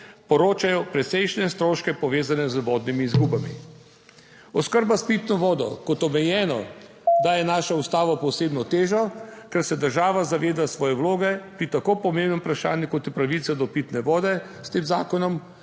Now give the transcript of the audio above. poročajo precejšnje stroške povezane z vodnimi izgubami. Oskrba s pitno vodo kot omejeno daje naša Ustava posebno težo, ker se država zaveda svoje vloge pri tako pomembnem vprašanju kot je pravica do pitne vode, s tem zakonom